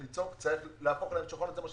צריך להפוך להם שולחן --- אני